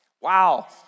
Wow